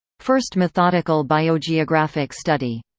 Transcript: first methodical biogeographic study.